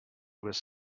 was